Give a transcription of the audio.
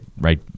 right